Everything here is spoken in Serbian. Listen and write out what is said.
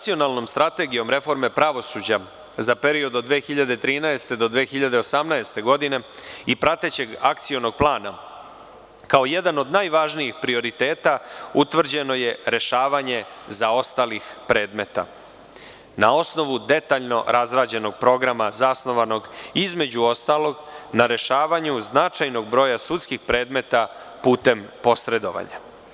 Nacionalnom strategijom reforme pravosuđa za period od 2013. do 2018. godine i pratećeg akcionog plana kao jedan od najvažnijih prioriteta utvrđeno je rešavanje zaostalih predmeta, na osnovu detaljno razrađenog programa zasnovanog između ostalog i na rešavanju značajnog broja sudskih predmeta putem posredovanja.